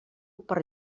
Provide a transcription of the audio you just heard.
per